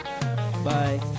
Bye